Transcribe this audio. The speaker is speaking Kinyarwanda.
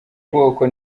ubwoko